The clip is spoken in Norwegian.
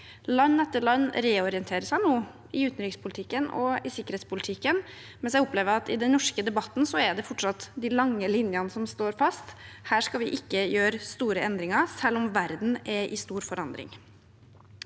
Land etter land reorienterer seg nå i utenrikspolitikken og i sikkerhetspolitikken, mens jeg opplever at i den norske debatten er det fortsatt de lange linjene som står fast. Her skal vi ikke gjøre store endringer, selv om verden er i stor forandring.